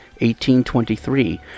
1823